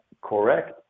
correct